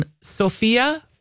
Sophia